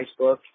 Facebook